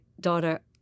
daughter